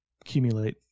accumulate